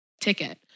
ticket